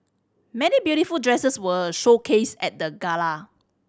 many beautiful dresses were showcased at the gala